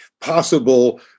possible